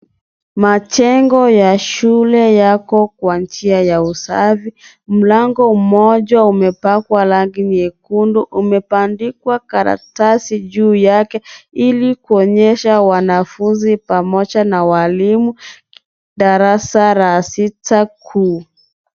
Majengo ya shule yako kwa njia ya usafi. Mlango mmoja umepakwa rangi nyekundu. Umepandikwa karatasi juu yake ili kuonyesha wanafunzi pamoja na walimu darasa la sita kuu.